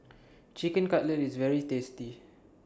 Chicken Cutlet IS very tasty